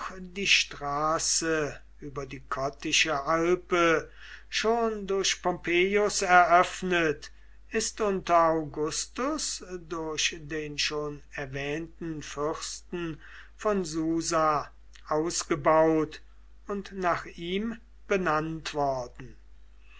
die straße über die kottische alpe schon durch pompeius eröffnet ist unter augustus durch den schon erwähnten fürsten von susa ausgebaut und nach ihm benannt worden